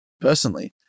personally